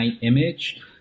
image